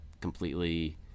completely